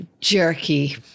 jerky